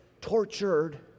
tortured